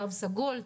תו סגול,